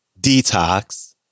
Detox